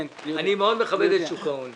אני מאוד מחבב את שוק ההון.